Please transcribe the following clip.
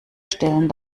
stellen